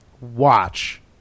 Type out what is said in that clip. watch